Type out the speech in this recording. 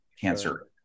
cancer